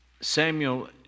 Samuel